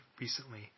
recently